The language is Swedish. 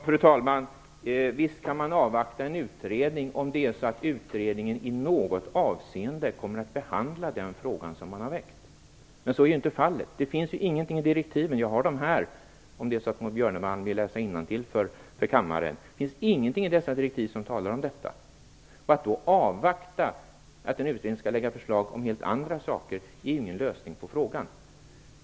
Fru talman! Visst kan man avvakta en utredning, om den i något avseende kommer att behandla den fråga som man har väckt, men så är ju inte fallet. Det finns ingenting i direktiven som talar om detta. Om Maud Björnemalm vill läsa innantill för kammaren, kan jag lämna över ett exemplar av direktiven till henne. Att avvakta att en utredning skall lägga fram förslag om helt andra saker är ingen lösning på frågan.